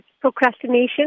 procrastination